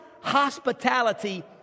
hospitality